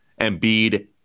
Embiid